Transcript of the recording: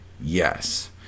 Yes